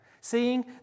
seeing